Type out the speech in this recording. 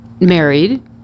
married